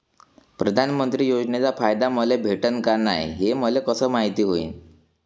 प्रधानमंत्री योजनेचा फायदा मले भेटनं का नाय, हे मले कस मायती होईन?